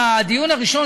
בדיון הראשון,